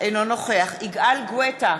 אינו נוכח יגאל גואטה,